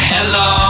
Hello